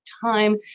time